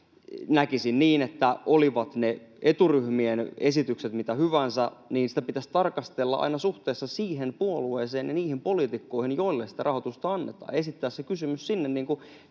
näkisin niin, että olivat ne eturyhmien esitykset mitä hyvänsä, niin tätä pitäisi tarkastella aina suhteessa siihen puolueeseen ja niihin poliitikkoihin, joille sitä rahoitusta annetaan, esittää se kysymys sinne, niin kuin